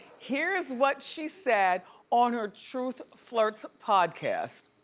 here's what she said on her truth flirts podcast.